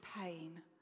pain